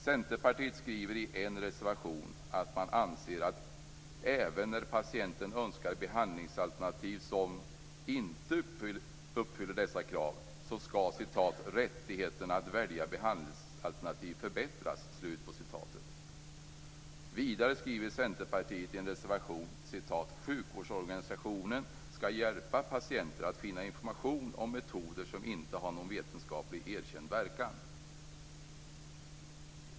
Centerpartiet skriver i en reservation att man anser att även när patienten önskar behandlingsalternativ som inte uppfyller dessa krav skall rättigheten att välja behandlingsalternativ förbättras. Vidare skriver centerpartiet i en reservation att sjukvårdsorganisationen skall hjälpa patienter att finna information om metoder som inte har någon vetenskapligt erkänd verkan.